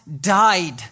died